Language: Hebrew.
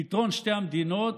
"פתרון שתי המדינות",